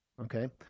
Okay